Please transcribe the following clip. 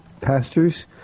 pastors